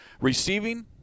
receiving